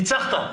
ניצחת.